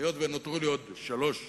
היות שנותרו לי עוד שלוש דקות,